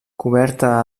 coberta